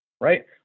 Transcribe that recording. right